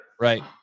Right